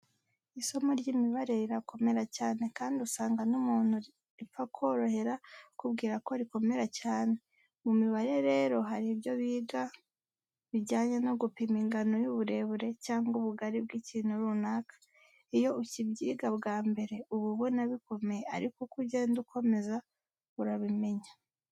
Isomo ry'imibare rirakomera cyane kandi usanga n'umuntu ripfa korohera akubwira ko rikomera cyane. Mu mibare rero hari ibyo biga biga bijyanaye no gupima ingano y'uburebure cyangwa ubugari bw'ikintu runaka. Iyo ukibyiga bwa mbere uba ubona bikomeye ariko uko ugenda ukomeza urabimenya.